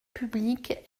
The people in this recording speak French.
publique